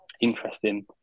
interesting